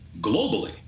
globally